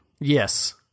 Yes